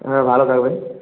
হ্যাঁ ভালো থাকবেন